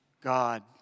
God